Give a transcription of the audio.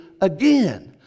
again